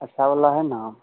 अच्छा वाला है न